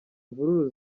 mvururu